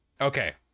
Okay